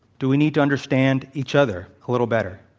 do we need to understand each other a little better?